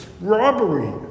robbery